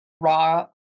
raw